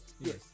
yes